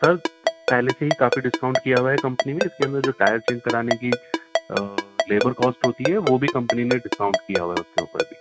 سر پہلے سے ہی کافی ڈسکاؤنٹ کیا ہوا ہے کمپنی میں اس کے اندر جو ٹائر چینج کرانے کی لیبر کاسٹ ہوتی ہے وہ بھی کمپنی نے ڈسکاؤنٹ کیا ہوا ہے اس کے اور بھی